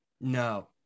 No